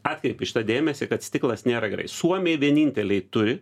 atkreipė į šitą dėmesį kad stiklas nėra gerai suomiai vieninteliai turi